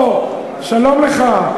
הו, שלום לך.